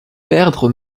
perdre